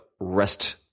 rest